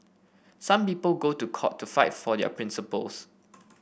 some people go to court to fight for their principles